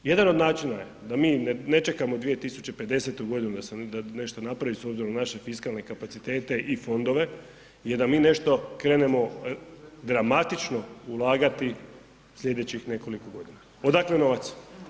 Jedan od načina je da mi ne čekamo 2050. godinu da se nešto napravi s obzirom na naše fiskalne kapacitete i fondove jer da mi nešto krenemo dramatično ulagati slijedećih nekoliko godina, odakle novac?